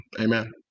Amen